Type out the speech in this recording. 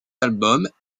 albums